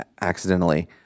accidentally